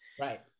Right